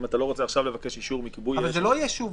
אם אתה לא רוצה עכשיו לבקש אישור מכיבוי אש --- זה לא יהיה שוב.